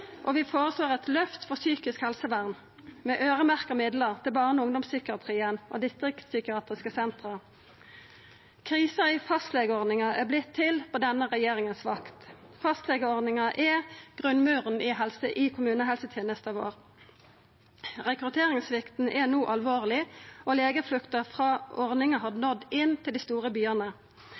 og vi føreslår eit løft for psykisk helsevern, med øyremerkte midlar til barne- og ungdomspsykiatrien og distriktspsykiatriske senter. Krisa i fastlegeordninga er vorten til på denne regjeringa si vakt. Fastlegeordninga er grunnmuren i kommunehelsetenesta vår. Rekrutteringssvikten er no alvorleg, og legeflukta frå ordninga har nådd inn til dei store byane.